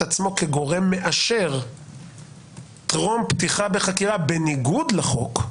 עצמו כגורם מאשר טרום פתיחה בחקירה בניגוד לחוק,